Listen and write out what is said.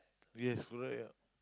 yes correct ah